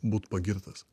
būt pagirtas